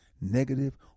negative